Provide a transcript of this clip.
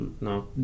no